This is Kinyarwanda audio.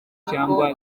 cyangwa